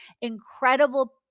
incredible